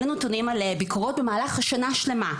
אלה נתונים על ביקורות במהלך שנה שלמה,